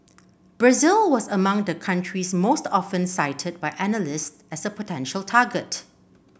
Brazil was among the countries most often cited by analyst as a potential target